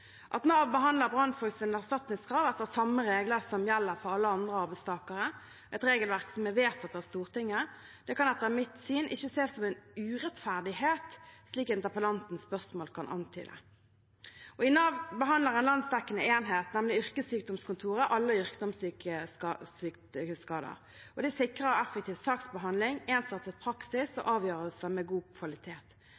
At Nav behandler brannfolks erstatningskrav etter samme regler som gjelder for alle andre arbeidstakere – et regelverk som er vedtatt av Stortinget – kan etter mitt syn ikke ses som en urettferdighet, slik interpellantens spørsmål kan antyde. I Nav behandler en landsdekkende enhet, Yrkessykdomskontoret, alle yrkessykdomsskader. Det sikrer effektiv saksbehandling, ensartet praksis og avgjørelser med god kvalitet. Avgjørelsene bygger på eksterne medisinske spesialistutredninger, og